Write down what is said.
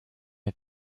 est